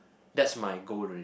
that's my goal alrea~